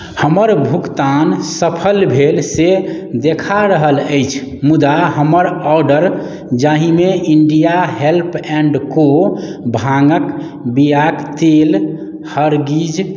हमर भुगतान सफल भेल से देखा रहल अछि मुदा हमर आर्डर जाहिमे इण्डिया हेल्प एण्ड को भाङ्गक बियाक तेल हर्गिज